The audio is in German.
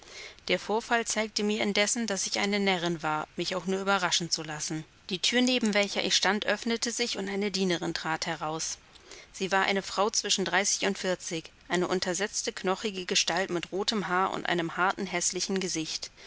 der vorfall zeigte mir indessen daß ich eine närrin war mich auch nur überraschen zu lassen die thür neben welcher ich stand öffnete sich und eine dienerin trat heraus sie war eine frau zwischen dreißig und vierzig eine untersetzte knochige gestalt mit rotem haar und einem harten häßlichen gesicht